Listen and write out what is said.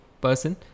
person